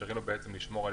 לעזור לחייב לשמור על